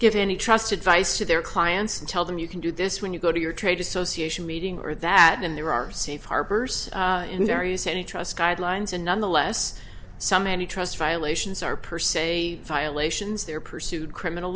give any trust advice to their clients and tell them you can do this when you go to your trade association meeting or that in there are safe harbors in areas any trust guidelines and nonetheless some any trust violations are per se violations they're pursued criminal